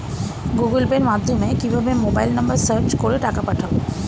Google পের মাধ্যমে কিভাবে মোবাইল নাম্বার সার্চ করে টাকা পাঠাবো?